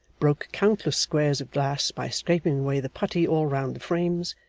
broke countless squares of glass by scraping away the putty all round the frames,